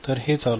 तर हे चालू आहे